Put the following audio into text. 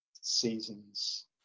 seasons